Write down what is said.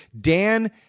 Dan